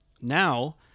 now